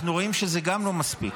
אנחנו רואים שזה גם לא מספיק.